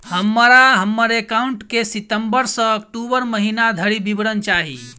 हमरा हम्मर एकाउंट केँ सितम्बर सँ अक्टूबर महीना धरि विवरण चाहि?